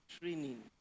training